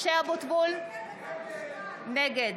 (קוראת בשמות חברי הכנסת) משה אבוטבול, נגד